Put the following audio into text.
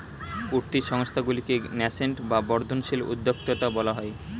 উঠতি সংস্থাগুলিকে ন্যাসেন্ট বা বর্ধনশীল উদ্যোক্তা বলা হয়